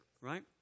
Right